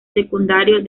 secundario